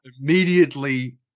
immediately